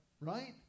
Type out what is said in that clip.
Right